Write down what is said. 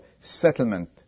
settlement